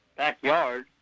backyard